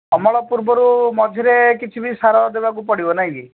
ଅମଳ ପୂର୍ବରୁ ମଝିରେ କିଛି ବି ସାର ଦେବାକୁ ପଡ଼ିବ ନାଇଁ କି